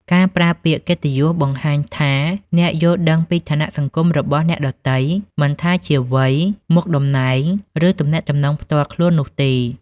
ការប្រើពាក្យកិត្តិយសបង្ហាញថាអ្នកយល់ដឹងពីឋានៈសង្គមរបស់អ្នកដទៃ មិនថាជាវ័យ មុខតំណែង ឬទំនាក់ទំនងផ្ទាល់ខ្លួននោះទេ។